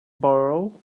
borrow